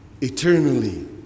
eternally